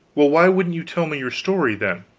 well, why wouldn't you tell me your story, then?